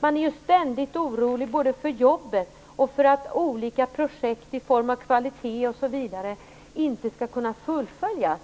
De är ständigt oroliga både för jobben och för att olika projekt som ger kvalitet osv. inte skall kunna fullföljas.